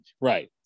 right